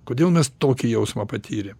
kodėl mes tokį jausmą patyrėm